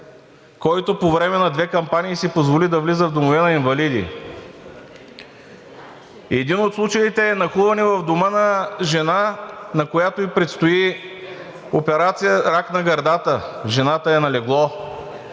който по време на две кампании си позволи да влиза в домове на инвалиди. Един от случаите е нахлуване в дома на жена, на която ѝ предстои операция – рак на гърдата. Жената е на легло.